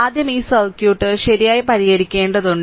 ആദ്യം ഈ സർക്യൂട്ട് ശരിയായി പരിഹരിക്കേണ്ടതുണ്ട്